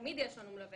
תמיד יש לנו מלווה.